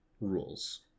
rules